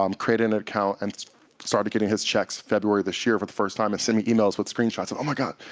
um created an account, and started getting his checks february this year for the first time, and sent me emails with screenshots. oh, my god,